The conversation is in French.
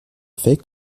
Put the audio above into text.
fait